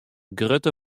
grutte